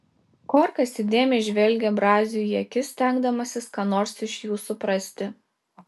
korkas įdėmiai žvelgė braziui į akis stengdamasis ką nors iš jų suprasti